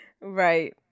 Right